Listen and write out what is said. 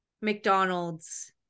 McDonald's